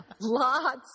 lots